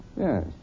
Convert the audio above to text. Yes